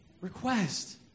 request